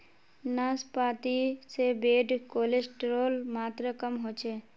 नाश्पाती से bad cholesterol मात्र कम होचे